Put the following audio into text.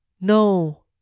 no